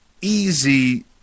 easy